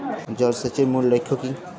জল সেচের মূল লক্ষ্য কী?